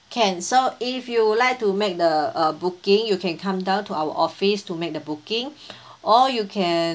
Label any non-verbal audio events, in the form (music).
can so if you like to make the uh booking you can come down to our office to make the booking (breath) or you can